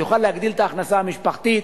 זה יוכל להגדיל את ההכנסה המשפחתית,